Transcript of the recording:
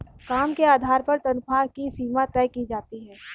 काम के आधार पर तन्ख्वाह की सीमा तय की जाती है